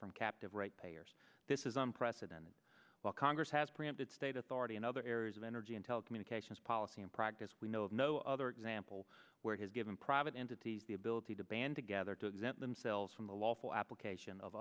from captive right payers this is unprecedented while congress has preempted state authority in other areas of energy and telecommunications policy in practice we know of no other example where has given private entities the ability to band together to exempt themselves from a lawful application of